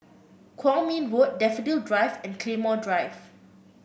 Kwong Min Road Daffodil Drive and Claymore Drive